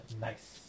nice